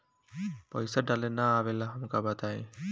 पईसा डाले ना आवेला हमका बताई?